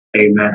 amen